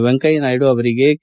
ವೆಂಕಯ್ನ ನಾಯ್ನು ಅವರಿಗೆ ಕೆ